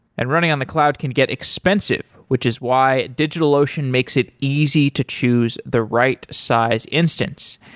and running on the cloud can get expensive, which is why digitalocean makes it easy to choose the right size instance.